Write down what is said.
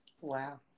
Wow